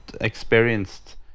experienced